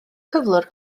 cyflwr